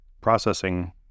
processing